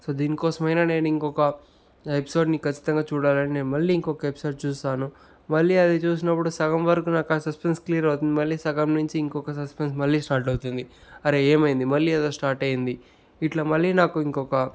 so దీని కోసమైనా నేను ఇంకొక ఎపిసోడ్ని కచ్చితంగా చూడాలని నేను మళ్ళీ ఇంకొక ఎపిసోడ్ చూస్తాను మళ్ళీ అది చూసినప్పుడు సగం వరకు నాకు ఆ సస్పెన్స్ క్లియర్ అవుతుంది మళ్ళీ సగం నుంచి ఇంకొక సస్పెన్స్ మల్లి స్టార్ట్ అవుతుంది అరే ఏమైంది మళ్లీ ఏదో స్టార్ట్ అయింది ఇట్లా మళ్లీ నాకు ఇంకొక